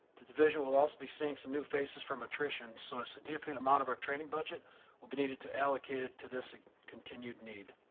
the division will also be seeing some new faces from attrition, so as a defeat amount of our training budget will be needed to allocate it to this continued need.